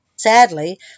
Sadly